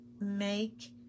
make